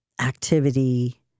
activity